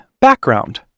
background